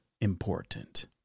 important